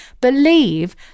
believe